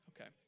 Okay